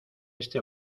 este